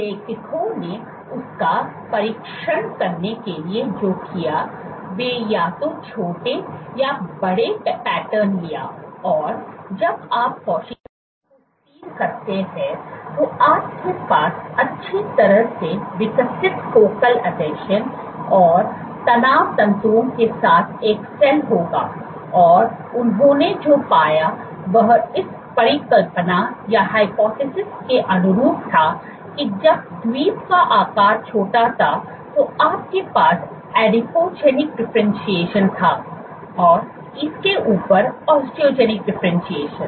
लेखकों ने उसका परीक्षण करने के लिए जो किया वे या तो छोटे या बड़े पैटर्न लिया और जब आप कोशिकाओं को सीड करते हैं तो आपके पास अच्छी तरह से विकसित फोकल आसंजन और तनाव तंतुओं के साथ एक सेल होगा और उन्होंने जो पाया वह इस परिकल्पना के अनुरूप था कि जब द्वीप का आकार छोटा था तो आपके पास एडिपोजेनिक डिफरेंटशिएशन था और इसके ऊपर ऑस्टियोजेनिक डिफरेंटशिएशन